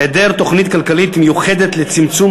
היעדר תוכנית כלכלית מיוחדת לצמצום